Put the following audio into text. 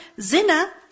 zina